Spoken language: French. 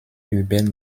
urbaine